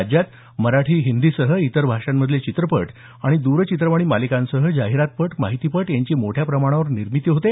राज्यात मराठी हिंदीसह इतर भाषांमधले चित्रपट आणि द्रचित्रवाणी मालिकांसह जाहिरातपट माहितीपट यांची मोठ्या प्रमाणावर निर्मिती होते